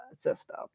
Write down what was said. system